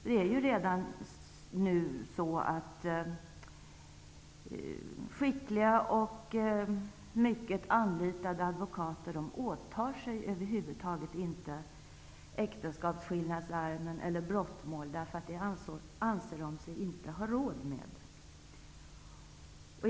Det är ju redan nu så att skickliga och mycket anlitade advokater över huvud taget inte åtar sig äktenskapsskillnadsärenden eller brottmål, eftersom de inte anser sig ha råd med det.